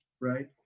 right